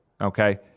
Okay